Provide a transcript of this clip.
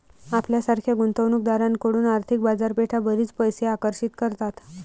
आपल्यासारख्या गुंतवणूक दारांकडून आर्थिक बाजारपेठा बरीच पैसे आकर्षित करतात